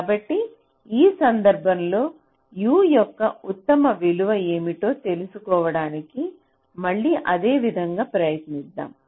కాబట్టి ఈ సందర్భంలో U యొక్క ఉత్తమ విలువ ఏమిటో తెలుసుకోవడానికి మళ్ళీ అదేవిధంగా ప్రయత్నిద్దాం